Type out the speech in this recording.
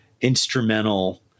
instrumental